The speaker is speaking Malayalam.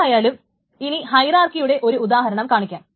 എന്തായാലും ഇനി ഹൈറാർക്കിയുടെ ഒരു ഉദാഹരണം കാണിക്കാം